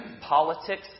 politics